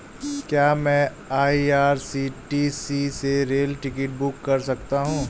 क्या मैं आई.आर.सी.टी.सी से रेल टिकट बुक कर सकता हूँ?